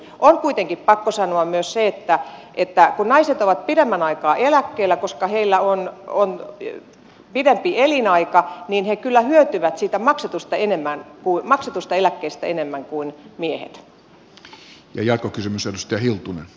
on kuitenkin pakko sanoa myös se että kun naiset ovat pidemmän aikaa eläkkeellä koska heillä on pidempi elinaika niin he kyllä hyötyvät siitä maksetusta eläkkeestä enemmän kuin miehet